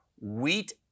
Wheat